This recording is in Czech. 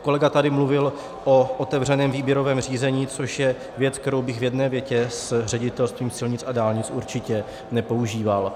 Kolega tady mluvil o otevřeném výběrovém řízení, což je věc, kterou bych v jedné větě s Ředitelstvím silnic a dálnic určitě nepoužíval.